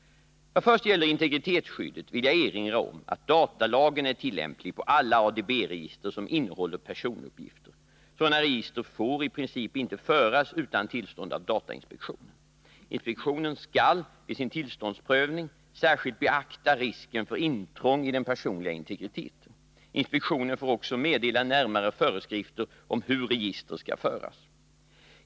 Vad först gäller integritetsskyddet vill jag erinra om att datalagen är tillämplig på alla ADB-register som innehåller personuppgifter. Sådana register får i princip inte föras utan tillstånd av datainspektionen. Inspektionen skall vid sin tillståndsprövning särskilt beakta risken för intrång i den personliga integriteten. Inspektionen får också meddela närmare förskrifter om hur register skall föras.